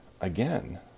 again